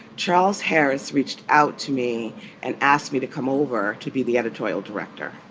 charles harris reached out to me and asked me to come over to be the editorial director.